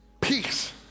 peace